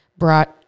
Brought